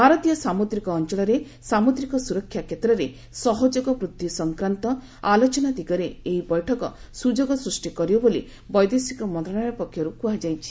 ଭାରତୀୟ ସାମୁଦ୍ରିକ ଅଞ୍ଚଳରେ ସାମୁଦ୍ରିକ ସୁରକ୍ଷା କ୍ଷେତ୍ରରେ ସହଯୋଗ ବୃଦ୍ଧି ସଂକ୍ରାନ୍ତ ଆଲୋଚନା ଦିଗରେ ଏହି ବୈଠକ ସୁଯୋଗ ସୃଷ୍ଟି କରିବ ବୋଲି ବୈଦେଶିକ ମନ୍ତ୍ରଣାଳୟ ପକ୍ଷରୁ କୁହାଯାଇଛି